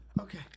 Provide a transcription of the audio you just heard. Okay